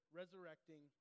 resurrecting